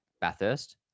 Bathurst